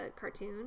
cartoon